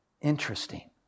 Interesting